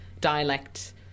dialect